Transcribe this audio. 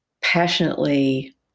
passionately